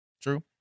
True